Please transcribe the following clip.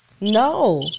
No